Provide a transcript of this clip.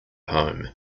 home